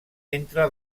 entre